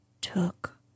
took